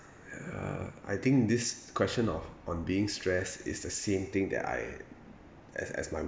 uh I think this question of on being stress is the same thing that I as as my